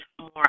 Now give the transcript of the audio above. more